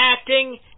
acting